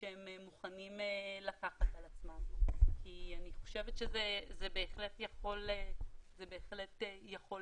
מוכנים לקחת על עצמם כי אני חושבת שזה בהחלט יכול להועיל.